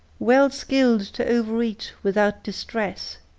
well skilled to overeat without distress!